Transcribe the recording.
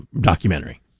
Documentary